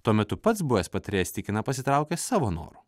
tuo metu pats buvęs patarėjas tikina pasitraukęs savo noru